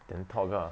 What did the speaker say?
then talk lah